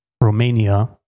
Romania